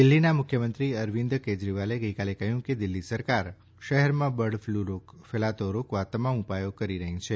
દિલ્ફીના મુખ્યમંત્રી અરવિંદ કેજરીવાલે ગઈકાલે કહ્યું કે દિલ્ફી સરકાર શહેરમાં બર્ડફ્લુ ફેલાતો રોકવા તમામ ઉપાયો કરી રહી છે